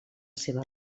seva